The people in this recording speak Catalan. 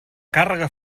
càrrega